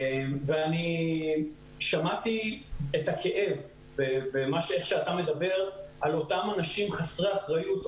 אני שמעתי את הכאב בדבריך אודות אותם אנשים חסרי אחריות,